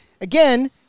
again